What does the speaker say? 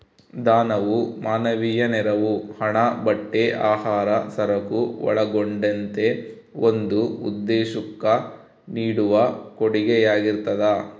ದಾನವು ಮಾನವೀಯ ನೆರವು ಹಣ ಬಟ್ಟೆ ಆಹಾರ ಸರಕು ಒಳಗೊಂಡಂತೆ ಒಂದು ಉದ್ದೇಶುಕ್ಕ ನೀಡುವ ಕೊಡುಗೆಯಾಗಿರ್ತದ